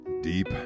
deep